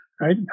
right